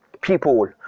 people